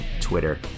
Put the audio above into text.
Twitter